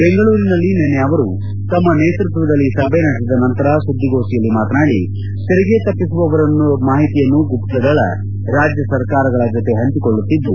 ಬೆಂಗಳೂರಿನಲ್ಲಿ ನಿನ್ನೆ ಅವರು ತಮ್ಮ ನೇತೃತ್ವದಲ್ಲಿ ಸಭೆ ನಡೆಸಿದ ನಂತರ ಸುದ್ದಿಗೋಷ್ಠಿಯಲ್ಲಿ ಮಾತನಾಡಿ ತೆರಿಗೆ ತಪ್ಪಿಸುವವರ ಮಾಹಿತಿಯನ್ನು ಗುಪ್ತದಳ ರಾಜ್ಯಸರ್ಕಾರಗಳ ಜೊತೆ ಹಂಚಿಕೊಳ್ಳುತ್ತಿದ್ದು